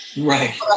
Right